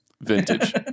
Vintage